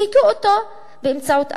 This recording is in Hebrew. שהכו אותו באמצעות אלות.